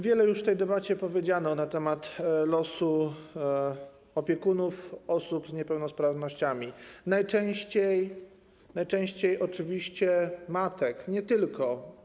Wiele już w tej debacie powiedziano na temat losu opiekunów osób z niepełnosprawnościami, najczęściej oczywiście matek, choć nie tylko.